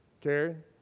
Karen